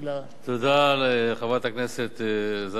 תודה לחברת הכנסת זהבה גלאון.